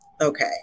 okay